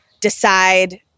decide